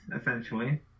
essentially